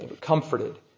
comforted